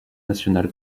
nationale